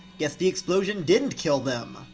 guess the explosion didn't kill them!